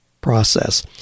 process